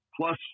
plus